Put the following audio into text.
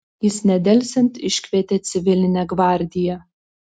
jis nedelsiant iškvietė civilinę gvardiją